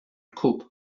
cope